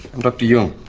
i'm dr. jung.